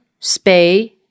spay